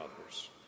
others